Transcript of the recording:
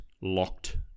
locked